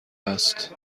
است